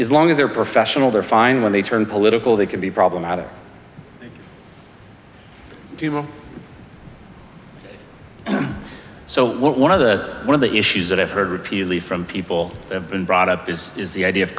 is long as they're professional they're fine when they turn political they can be problematic so one of the one of the issues that i've heard repeatedly from people who have been brought up is is the idea of